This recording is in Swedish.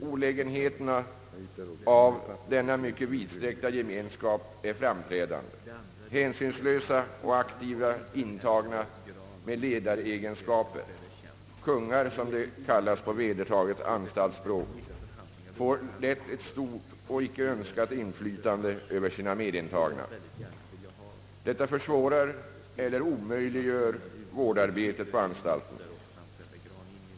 Olägenheterna av denna mycket vidsträckta gemenskap är framträdande. Hänsynslösa och aktiva intagna med ledaregenskaper — »kungar» som det kallas på vedertaget anstaltsspråk — får lätt ett stort och inte önskat inflytande över sina medintagna. Detta försvårar eller omöjliggör vårdarbetet på anstalten.